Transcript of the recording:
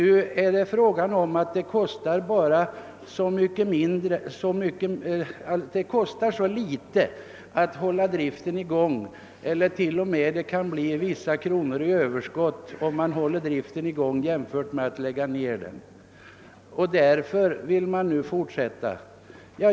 Det sägs att det kostar så litet att hålla driften i gång och att det t.o.m. kan bli några kronor i överskott och att man av den anledningen vill fortsätta driften.